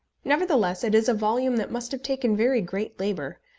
nevertheless it is a volume that must have taken very great labour,